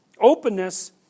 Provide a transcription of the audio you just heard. openness